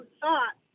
thought